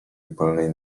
upalnej